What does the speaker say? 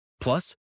Plus